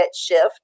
shift